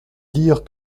dire